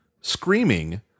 screaming